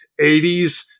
80s